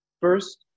First